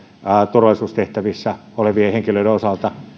turvallisuustehtävissä olevien kaksoiskansalaisten osalta